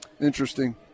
Interesting